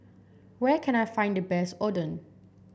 where can I find the best Oden